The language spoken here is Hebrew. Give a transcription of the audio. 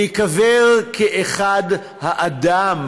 להיקבר כאחד האדם,